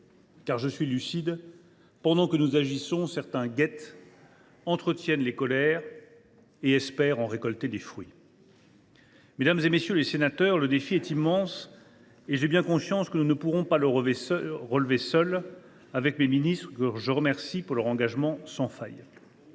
Car je suis lucide : pendant que nous agissons, certains guettent, entretiennent les colères et espèrent en récolter les fruits. « Mesdames, messieurs les députés, le défi est immense, et j’ai bien conscience que je ne pourrai pas le relever seul, avec mes ministres, que je remercie de leur engagement sans faille.